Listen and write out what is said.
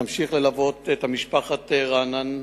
נמשיך ללוות את משפחתו של רענן,